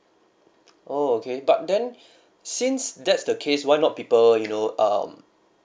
oh okay but then since that's the case why not people you know um